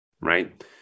right